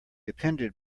appended